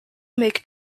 make